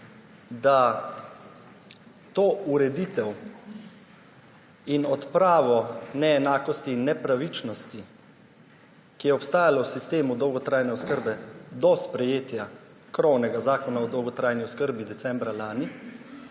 da to ureditev ter odpravo neenakosti in nepravičnosti, ki je obstajala v sistemu dolgotrajne oskrbe do sprejetja krovnega Zakona o dolgotrajni oskrbi decembra lani,